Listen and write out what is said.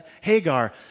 Hagar